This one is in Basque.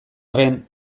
arren